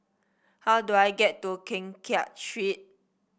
how do I get to Keng Kiat Street